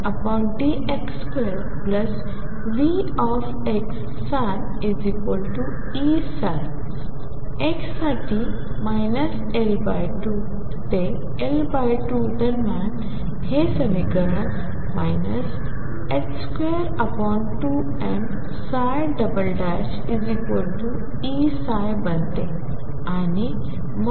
x साठी L2 ते L2 दरम्यान हे समीकरण 22mEψ बनते